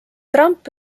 trump